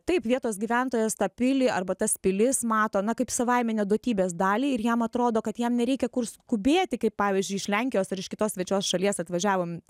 taip vietos gyventojas tą pilį arba tas pilis mato kaip savaiminę duotybės dalį ir jam atrodo kad jam nereikia kur skubėti kaip pavyzdžiui iš lenkijos ar iš kitos svečios šalies atvažiavom